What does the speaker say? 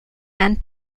and